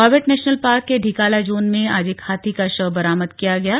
Corbett national park के Dhikala zone में आज एक हाथी का शव बरामद किया गया है